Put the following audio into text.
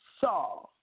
saw